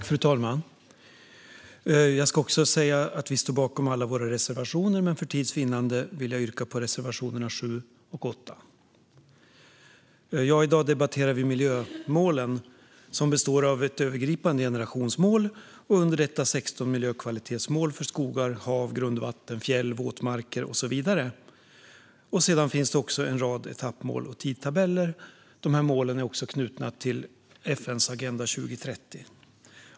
Fru talman! Vi står bakom alla våra reservationer, men för tids vinnande vill jag yrka bifall endast till reservationerna 7 och 8. I dag debatterar vi miljömålen, som består av ett övergripande generationsmål och under detta 16 miljökvalitetsmål för skogar, hav, grundvatten, fjäll, våtmarker och så vidare. Sedan finns också en rad etappmål och tidtabeller. Målen är också knutna till FN:s Agenda 2030.